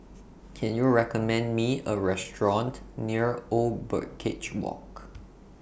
Can YOU recommend Me A Restaurant near Old Birdcage Walk